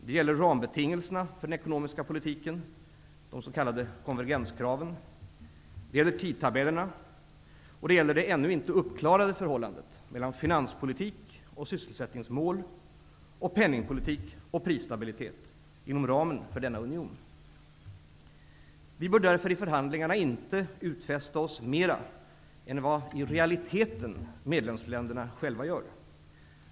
Det gäller rambetingelserna för den ekonomiska politiken, de s.k. konvergenskraven; det gäller tidtabellerna och det gäller det ännu inte uppklarade förhållandet mellan finanspolitik och sysselsättningsmål och penningpolitik och prisstabilitet inom ramen för denna union. Vi bör därför inte i förhandlingarna utfästa oss mera än vad i realiteten medlemsländerna själva gör.